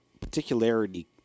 particularity